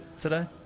today